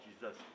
Jesus